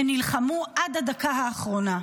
הם נלחמו עד הדקה האחרונה,